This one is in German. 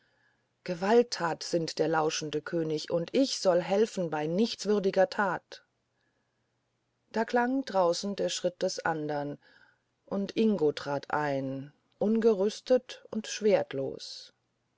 gewalttat sinnt der lauschende könig und ich soll helfen bei nichtswürdiger tat da klang draußen der tritt des anderen und ingo trat ein ungerüstet und